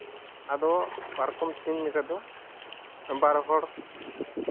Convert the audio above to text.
ᱟᱫᱚ ᱯᱟᱨᱠᱚᱢ ᱛᱮᱧ ᱞᱮᱠᱟ ᱫᱚ ᱵᱟᱨ ᱦᱚᱲ